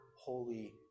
holy